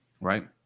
Right